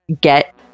get